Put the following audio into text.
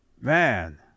Man